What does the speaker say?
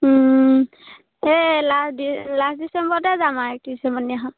এই last last ডিচেম্বৰতে যাম আৰু একত্ৰিছ ডিচেম্বৰ দিনাখন